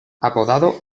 apodado